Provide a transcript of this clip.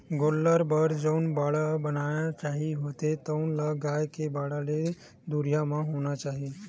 गोल्लर बर जउन बाड़ा बनाना चाही होथे तउन ह गाय के बाड़ा ले दुरिहा म होना चाही